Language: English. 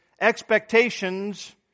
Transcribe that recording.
expectations